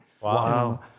Wow